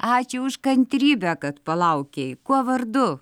ačiū už kantrybę kad palaukei kuo vardu